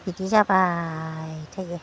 बिदि जाबाय थायो